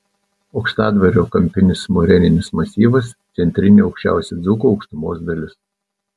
aukštadvario kampinis moreninis masyvas centrinė aukščiausia dzūkų aukštumos dalis